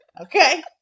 okay